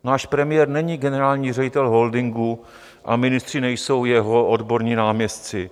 Náš premiér není generální ředitel holdingu a ministři nejsou jeho odborní náměstci.